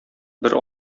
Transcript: бер